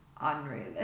unreal